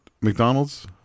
McDonald's